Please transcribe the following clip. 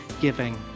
giving